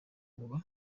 nkuba